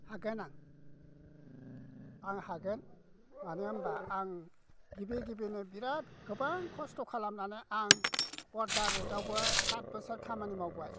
हागोन आं आं हागोन मानो होनबा आं गिबि गिबियावनो बिराद गोबां खस्थ' खालामनानै आं बर्दारावबो सात बोसोर खामानि मावबाय